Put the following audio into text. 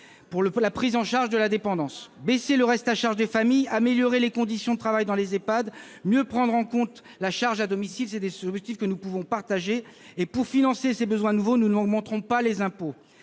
pour la prise en charge de la dépendance, baisser le reste à charge des familles, améliorer les conditions de travail dans les Ehpad, mieux tenir compte de la prise en charge à domicile : ce sont là des objectifs que nous pouvons tous viser ensemble. Pour financer ces besoins nouveaux, nous n'augmenterons pas les impôts.